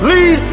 Lead